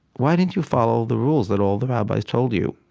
why didn't you follow all the rules that all the rabbis told you?